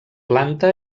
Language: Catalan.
planta